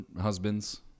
husbands